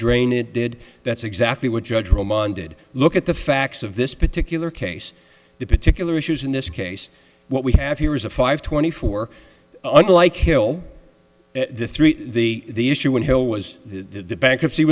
drain it did that's exactly what judge roll monday did look at the facts of this particular case the particular issues in this case what we have here is a five twenty four unlike hill the issue when hill was the bankruptcy